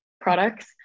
products